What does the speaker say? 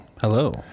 Hello